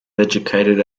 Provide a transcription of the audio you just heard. educated